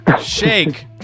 Shake